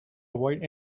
avoid